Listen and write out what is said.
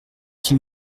qu’il